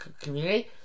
community